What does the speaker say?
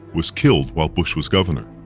was killed while bush was governor.